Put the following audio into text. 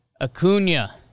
Acuna